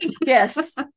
yes